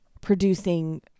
producing